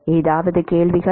ஏதாவது கேள்விகள்